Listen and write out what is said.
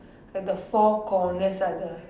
like the four corners at the